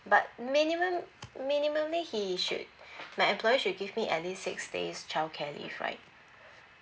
but minimum minimally he should my employer should give me at least six days childcare leave right